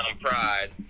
pride